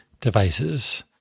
devices